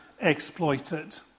exploited